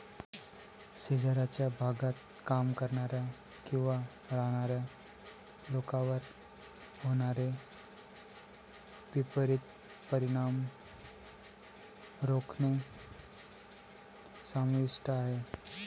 शेजारच्या भागात काम करणाऱ्या किंवा राहणाऱ्या लोकांवर होणारे विपरीत परिणाम रोखणे समाविष्ट आहे